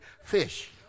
fish